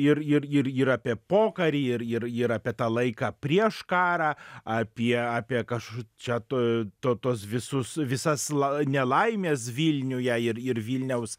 ir ir ir ir apie pokarį ir ir ir apie tą laiką prieš karą apie apie kaž čia tu to tuos visus visas la nelaimes vilniuje ir ir vilniaus